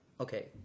okay